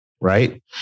right